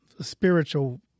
spiritual